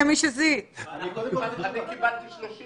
קיבלתי מ-30